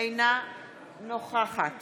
אינה נוכחת